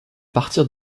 partir